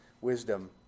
wisdom